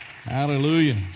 Hallelujah